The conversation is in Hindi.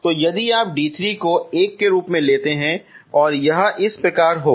तो यदि आप d3 को 1 के रूप में लेते हैं तो यह इस प्रकार होगा